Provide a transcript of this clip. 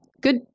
good